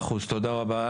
תודה רבה.